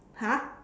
!huh!